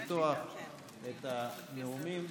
לפתוח את הנאומים,